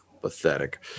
pathetic